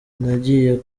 nagiye